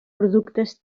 productes